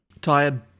Tired